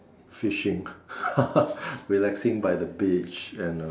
fishing relaxing by the beach and uh